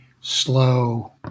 slow